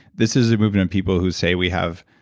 this is a movement of people who say we have,